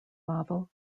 laval